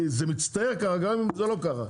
זה מצטייר ככה, גם אם זה לא ככה.